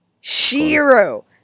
Shiro